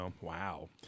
Wow